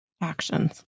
actions